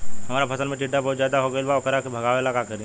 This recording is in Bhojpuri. हमरा फसल में टिड्डा बहुत ज्यादा हो गइल बा वोकरा के भागावेला का करी?